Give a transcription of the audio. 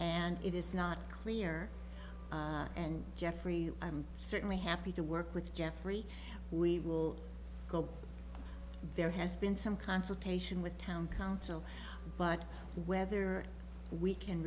and it is not clear and jeffrey i'm certainly happy to work with geoffrey we go there has been some consultation with town council but whether we can